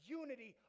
unity